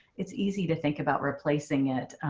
it's easy to think about replacing it.